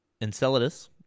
Enceladus